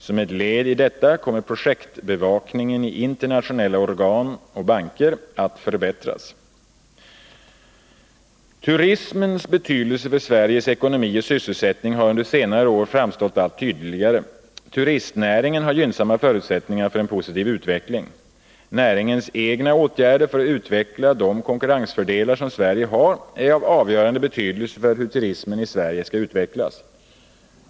Som ett led i detta kommer projektbevakningen i internationella organ och banker att förbättras. Turismens betydelse för Sveriges ekonomi och sysselsättning har under senare år framstått allt tydligare. Turistnäringen har gynnsamma förutsättningar för en positiv utveckling. Näringens egna åtgärder för att utveckla de konkurrensfördelar som Sverige har är av avgörande betydelse för hur turismen i Sverige skall utvecklas.